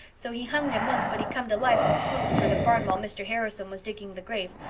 so he hunged him once but he come to life and scooted for the barn while mr. harrison was digging the grave,